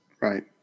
Right